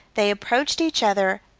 they approached each other,